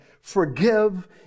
Forgive